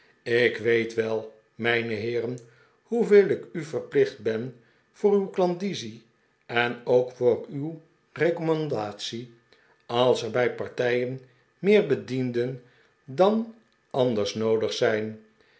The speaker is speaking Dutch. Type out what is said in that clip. ik weet wel mijne heeren hoeveel ik u verplicht ben voor uw klandizie en ook voor uw recommandatie als er bij partijen meer bedienden dan anders noodig zijn